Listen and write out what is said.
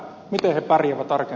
onko jotain luvassa